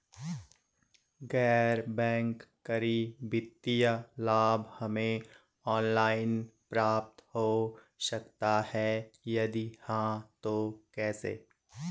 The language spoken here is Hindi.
गैर बैंक करी वित्तीय लाभ हमें ऑनलाइन प्राप्त हो सकता है यदि हाँ तो कैसे?